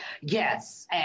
Yes